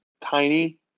tiny